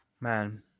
Man